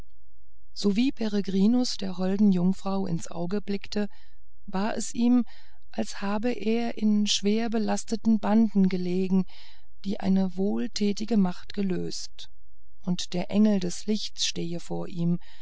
sowie peregrinus der holden jungfrau ins auge blickte war es ihm als habe er in schwerlastenden banden gelegen die eine wohltätige macht gelöst und der engel des lichts stehe vor ihm